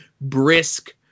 brisk